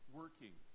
working